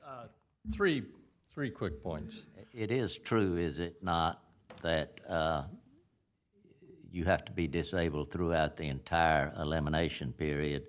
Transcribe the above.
well thirty three quick points it is true is it not that you have to be disabled throughout the entire elimination period